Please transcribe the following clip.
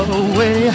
away